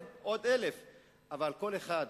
עוד 1,000. אבל כל אחד,